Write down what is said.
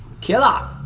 Killer